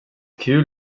kul